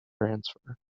transfer